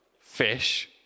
fish